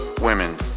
women